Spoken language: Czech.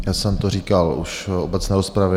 Já jsem to říkal už v obecné rozpravě.